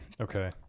okay